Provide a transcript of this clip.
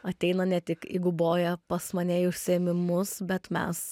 ateina ne tik į guboją pas mane į užsiėmimus bet mes